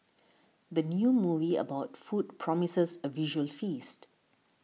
the new movie about food promises a visual feast